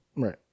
Right